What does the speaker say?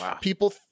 People